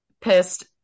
pissed